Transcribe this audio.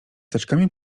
teczkami